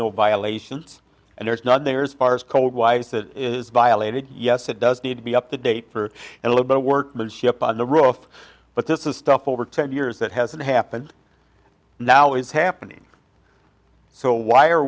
no violations and there's none there's far as cold wise that is violated yes it does need to be up to date for a little bit workmanship on the roof but this is stuff over ten years that hasn't happened now is happening so why are